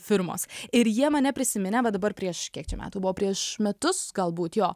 firmos ir jie mane prisiminė va dabar prieš kiek čia metų buvo prieš metus galbūt jo